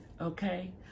Okay